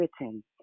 written